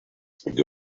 child